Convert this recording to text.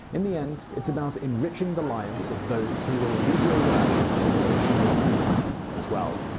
in the end, it's about enriching the lives of those who will read your work, and enriching your own life, as well.